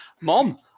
Mom